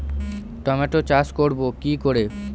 Tomato চাষ করব কি করে?